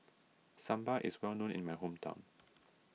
Sambar is well known in my hometown